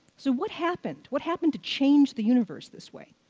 so what happened? what happened to change the universe this way?